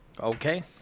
Okay